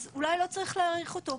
אז אולי לא צריך להאריך אותו,